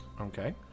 okay